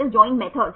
छात्र 20 side chain